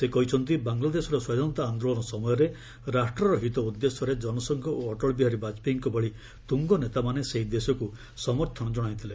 ସେ କହିଛନ୍ତି ବାଙ୍ଗଲାଦେଶର ସ୍ୱାଧୀନତା ଆନ୍ଦୋଳନ ସମୟରେ ରାଷ୍ଟ୍ରର ହିତ ଉଦ୍ଦେଶ୍ୟରେ ଜନସଂଘ ଓ ଅଟଳ ବିହାରୀ ବାଜପେୟୀଙ୍କ ଭଳି ତୁଙ୍ଗ ନେତାମାନେ ସେହି ଦେଶକୁ ସମର୍ଥନ ଜଣାଇଥିଲେ